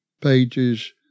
pages